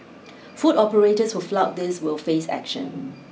food operators who flout this will face action